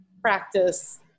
practice